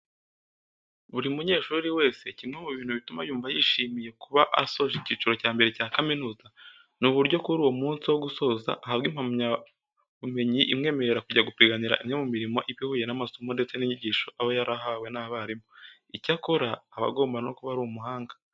Buri munyeshuri wese kimwe mu bintu bituma yumva yishimiye kuba asoje icyiciro cya mbere cya kaminuza, ni uburyo kuri uwo munsi wo gusoza ahabwa impamyabumenyi imwemerera kujya gupiganira imwe mu mirimo iba ihuye n'amasomo ndetse n'inyigisho aba yarahawe n'abarimu. Icyakora, aba agomba no kuba ari umuhanga.